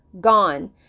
gone